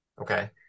okay